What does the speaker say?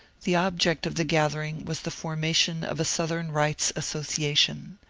the object of the gathering was the formation of a southern bights association.